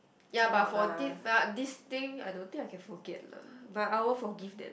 ya but for di~ but this thing I don't think I can forget lah but I will forgive them